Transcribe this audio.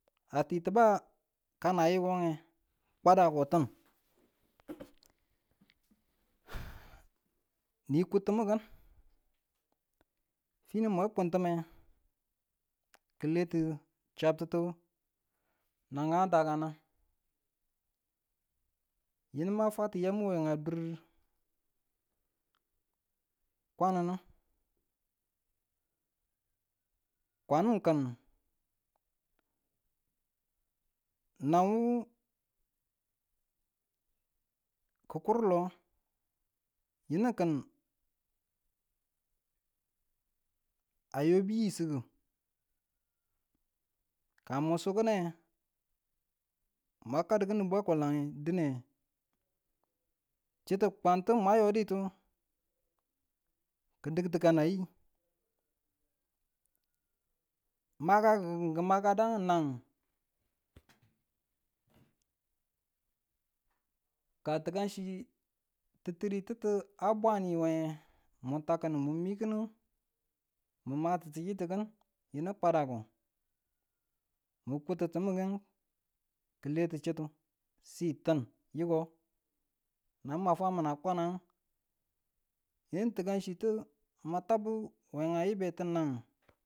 A titibaa ka mayiwune kwada ko tin, ni kung timu kin finu ma kung time ki letu chattitu kaan danang, yinu ma fwatu yamu we a dur kwanonu kwanu n kin nawu, ku kur lo yinu kin a yo bi yii sungi ka mu suk kine mun kaddi kini bwakwalange dine chittu kwang ton mwan yoditu ki dik ti kana yii makaku n kimakadang nang ka tikanchi titirititu a bwanni we ni tak kini nu mii kinun mu mati tikitikin yinu kwada ko mu kunti timukin kile tu chittu sii tin yiko nang ka fwamina kwanang yinu tikanchi tu ma tabu we a yibetu nang.